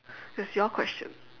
it's your question